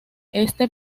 este